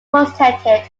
protected